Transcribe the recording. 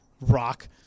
rock